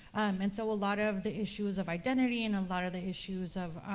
and so a lot of the issues of identity, and a lot of the issues of,